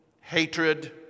hatred